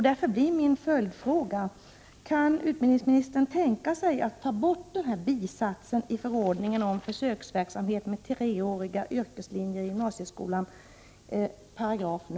Därför blir min följdfråga: Kan utbildningsministern tänka sig att ta bort den här bisatsen i 7 § i förordningen om försöksverksamhet med treåriga yrkeslinjer i gymnasieskolan?